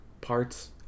parts